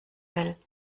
will